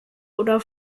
oder